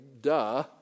duh